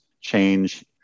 change